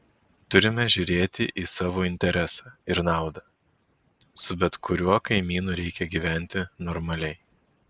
turime žiūrėti į savo interesą ir naudą su bet kuriuo kaimynu reikia gyventi normaliai